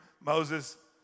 Moses